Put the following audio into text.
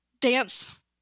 dance